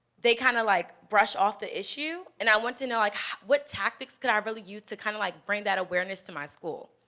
they kind of, like, brush off the issue, and i want to know what tactics could i really use to kind of, like, bring that awareness to my school?